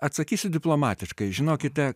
atsakysiu diplomatiškai žinokite